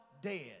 dead